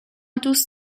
دوست